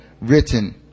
written